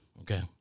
okay